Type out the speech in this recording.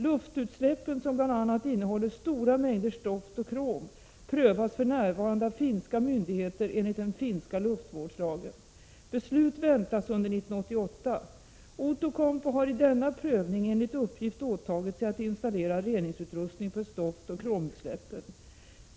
Luftutsläppen — som bl.a. innehåller stora mängder stoft och krom — prövas för närvarande av finska myndigheter enligt den finska luftvårdslagen. Beslut väntas under 1988. Outokumpu har i denna prövning enligt uppgift åtagit sig att installera reningsutrustning för stoftoch kromutsläppen.